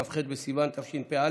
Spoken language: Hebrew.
כ"ח בסיוון תשפ"א,